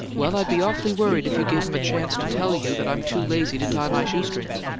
well i'll be awfully worried if you give em a chance to tell you that i'm too lazy to tie my shoe-strings!